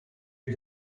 you